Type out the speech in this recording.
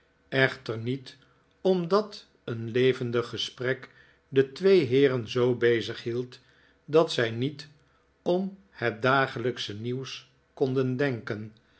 echter niet omdat een levendig gesprek de twee heeren zoo bezighield dat zij niet om het dagelijksche nieuws konden denken